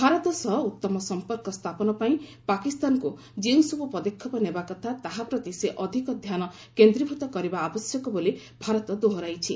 ଭାରତ ସହ ଉତ୍ତମ ସମ୍ପର୍କ ସ୍ଥାପନ ପାଇଁ ପାକିସ୍ତାନକୁ ଯେଉଁସବୁ ପଦକ୍ଷେପ ନେବା କଥା ତାହା ପ୍ରତି ସେ ଅଧିକ ଧ୍ୟାନ କେନ୍ଦ୍ରୀଭୂତ କରିବା ଆବଶ୍ୟକ ବୋଲି ଭାରତ ଦୋହରାଇଛି